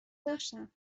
داشتم